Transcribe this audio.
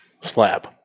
slab